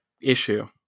issue